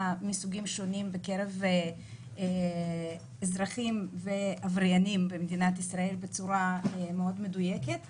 מסוגים שונים בקרב אזרחים ועבריינים במדינת ישראל בצורה מדויקת מאוד.